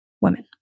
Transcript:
women